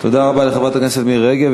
תודה רבה לחברת הכנסת מירי רגב.